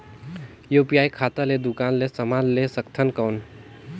UPI खाता ले दुकान ले समान ले सकथन कौन?